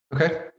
Okay